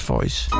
Voice